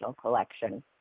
collection